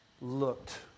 looked